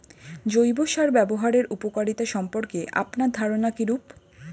জৈব সার ব্যাবহারের উপকারিতা সম্পর্কে আপনার ধারনা কীরূপ?